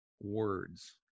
words